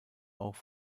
auch